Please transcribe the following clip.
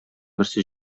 берсе